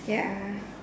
ya